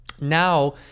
now